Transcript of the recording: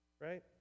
right